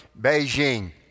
Beijing